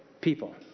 people